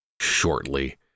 shortly